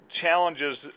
challenges